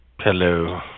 Hello